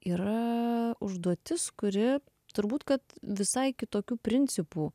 yra užduotis kuri turbūt kad visai kitokiu principu